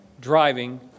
driving